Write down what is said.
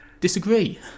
Disagree